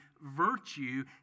virtue